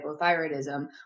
hypothyroidism